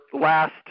last